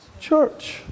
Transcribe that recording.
church